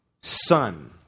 son